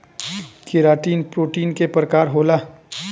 keratin protein के प्रकार होला